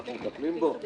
עלא כיפאק.